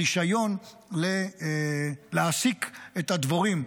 רישיון להעסיק את הדבורים.